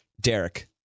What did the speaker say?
Derek